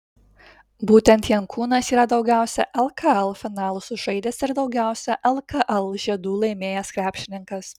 būtent jankūnas yra daugiausiai lkl finalų sužaidęs ir daugiausiai lkl žiedų laimėjęs krepšininkas